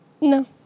No